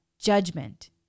Judgment